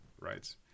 right